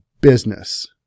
business